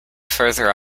further